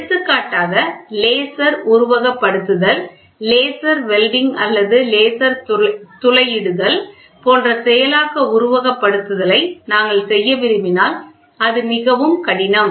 எடுத்துக்காட்டாக லேசர் உருவகப்படுத்துதல் laser welding அல்லது லேசர் துளையிடுதல் போன்ற செயலாக்க உருவகப்படுத்துதலை நாங்கள் செய்ய விரும்பினால் அது மிகவும் கடினம்